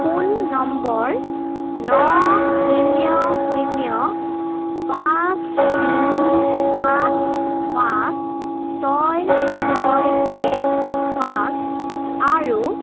phone number ন শূন্য শূন্য পাঁচ তিনি সাত পাঁচ ছয় ছয় এক পাঁচ আৰু